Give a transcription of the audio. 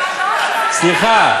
סליחה,